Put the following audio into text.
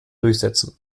durchsetzen